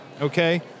Okay